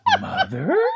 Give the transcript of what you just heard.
Mother